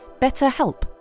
BetterHelp